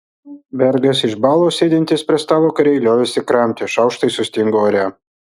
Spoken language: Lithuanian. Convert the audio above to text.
bergas išbalo sėdintys prie stalo kariai liovėsi kramtę šaukštai sustingo ore